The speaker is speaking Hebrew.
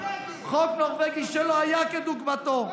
חוק נורבגי שלא היה כדוגמתו,